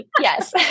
Yes